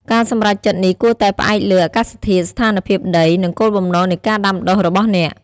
ការសម្រេចចិត្តនេះគួរតែផ្អែកលើ អាកាសធាតុ ស្ថានភាពដី និង គោលបំណងនៃការដាំដុះ របស់អ្នក។